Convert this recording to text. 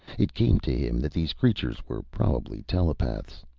it came to him that these creatures were probably telepaths.